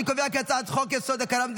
אני קובע כי הצעת חוק-יסוד: הכרה במדינה